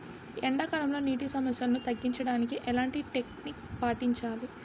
ఎండా కాలంలో, నీటి సమస్యలను తగ్గించడానికి ఎలాంటి టెక్నిక్ పాటించాలి?